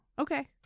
okay